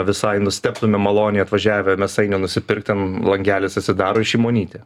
visai nustebtumėm maloniai atvažiavę mėsainio nusipirkt ten langelis atsidaro ir šimonytė